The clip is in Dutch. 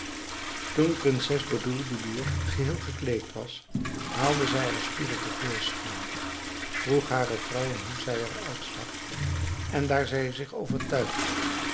prinses bedroelboedoer geheel gekleed was haalde zij haar spiegel te voorschijn vroeg haren vrouwen hoe zij er uitzag en daar zij zich overtuigd had